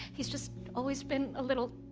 he's just always been a little.